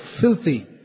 filthy